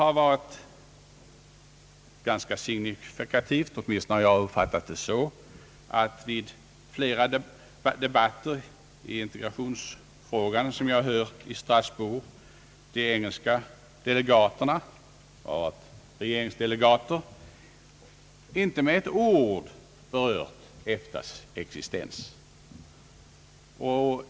Jag har uppfattat det som ganska signifikativt att vid flera debatter i integrationsfrågan som jag hört i Strasbourg de engelska regeringsdelegaterna inte med ett ord berört EFTA:s existens.